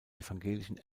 evangelischen